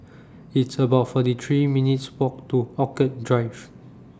It's about forty three minutes' Walk to Orchid Drive